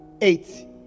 Eight